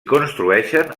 construeixen